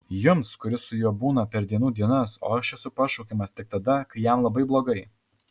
jums kuris su juo būna per dienų dienas o aš esu pašaukiamas tik tada kai jam labai blogai